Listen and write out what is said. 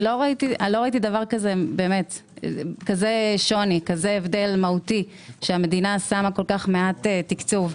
לא ראיתי כזה שוני והבדל מהותי שהמדינה שמה כה מעט תקצוב.